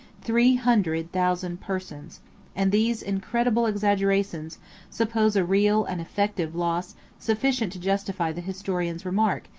three hundred thousand persons and these incredible exaggerations suppose a real and effective loss sufficient to justify the historian's remark,